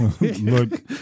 Look